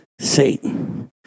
Satan